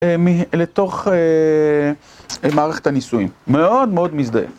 אמ..לתוך מערכת הנישואים, מאוד מאוד מזדהה